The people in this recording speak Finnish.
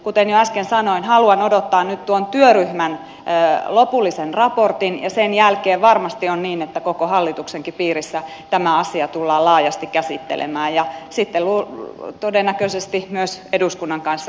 kuten jo äsken sanoin haluan odottaa nyt tuon työryhmän lopullista raporttia ja sen jälkeen varmasti on niin että tämä asia tullaan laajasti käsittelemään koko hallituksenkin piirissä ja sitten todennäköisesti myös eduskunnan kanssa yhteistyössä